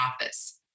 office